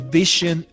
vision